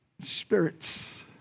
spirits